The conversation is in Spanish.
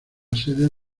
sede